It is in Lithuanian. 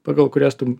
pagal kurias tu